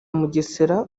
mugesera